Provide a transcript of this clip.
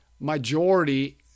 majority